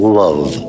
love